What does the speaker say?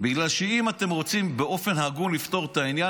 בגלל שאם אתם רוצים באופן הגון לפתור את העניין,